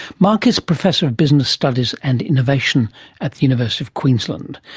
mark is professor of business studies and innovation at the university of queensland.